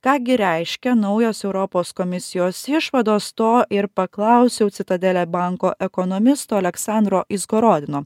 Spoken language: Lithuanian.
ką gi reiškia naujos europos komisijos išvados to ir paklausiau citadele banko ekonomisto aleksandro izgorodino